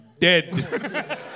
dead